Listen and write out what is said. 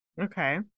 Okay